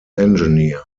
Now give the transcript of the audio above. engineer